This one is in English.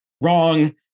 wrong